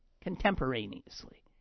contemporaneously